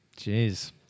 Jeez